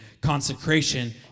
Consecration